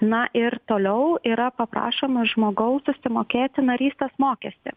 na ir toliau yra paprašoma žmogaus susimokėti narystės mokestį